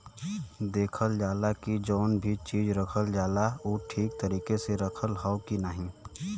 देखल जाला की जौन भी चीज रखल जाला उ ठीक तरीके से रखल हौ की नाही